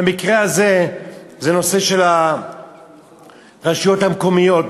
במקרה הזה זה הנושא של הרשויות המקומיות,